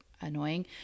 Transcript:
annoying